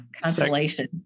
consolation